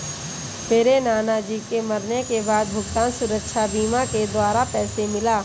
मेरे नाना जी के मरने के बाद भुगतान सुरक्षा बीमा के द्वारा पैसा मिला